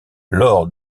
lors